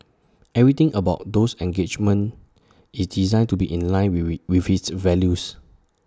everything about those engagements is designed to be in line with with with its values